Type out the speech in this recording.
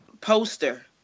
poster